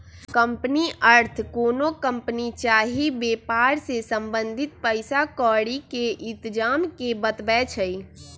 company अर्थ कोनो company चाही वेपार से संबंधित पइसा क्औरी के इतजाम के बतबै छइ